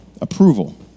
approval